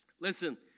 Listen